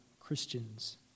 Christians